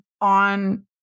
on